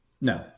No